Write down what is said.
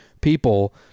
people—